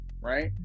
right